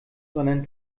sondern